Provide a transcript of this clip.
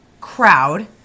crowd